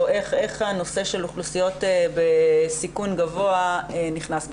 איך הנושא של אוכלוסיות בסיכון גבוה נכנס בתוכנית.